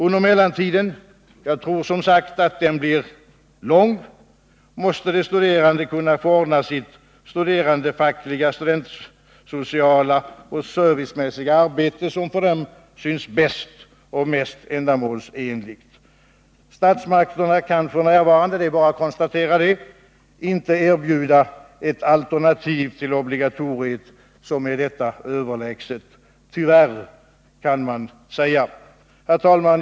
Under mellantiden — jag tror som sagt att den blir lång — måste de studerande kunna få ordna sitt studerandefackliga, studentsociala och servicemässiga arbete som det för dem synes bäst och mest ändamålsenligt. Statsmakterna kan f. n. — det är bara att konstatera — inte erbjuda ett alternativ 137 till obligatoriet som är detta överlägset. Tyvärr, kan man säga. Herr talman!